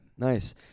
Nice